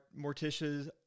Morticia